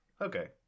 okay